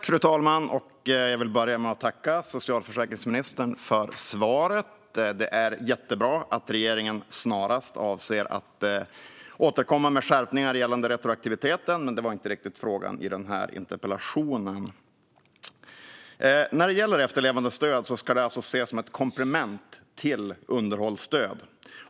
Fru talman! Jag vill börja med att tacka socialförsäkringsministern för svaret. Det är jättebra att regeringen snarast avser att återkomma med skärpningar gällande retroaktiviteten, men det var inte riktigt det frågan handlade om i den här interpellationen. När det gäller efterlevandestöd ska det alltså ses som ett komplement till underhållstöd.